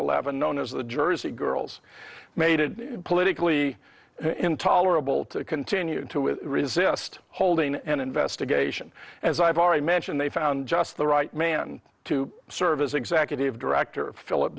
eleven known as the jersey girls made it politically intolerable to continue to resist holding an investigation and as i've already mentioned they found just the right man to serve as executive director of philip